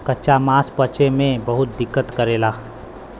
कच्चा मांस पचे में बहुत दिक्कत करेला